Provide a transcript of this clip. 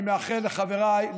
אני מאחל לחבריי,